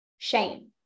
shame